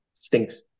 Stinks